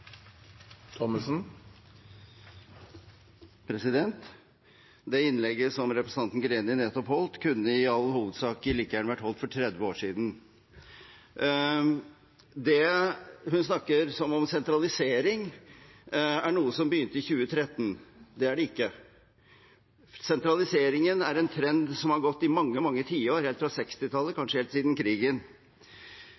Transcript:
Det innlegget representanten Greni nettopp holdt, kunne i all hovedsak like gjerne vært holdt for 30 år siden. Hun snakker som om sentralisering er noe som begynte i 2013. Det er det ikke. Sentraliseringen er en trend som har gått i mange, mange tiår – helt fra